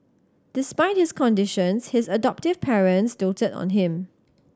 despite his conditions his adoptive parents doted on him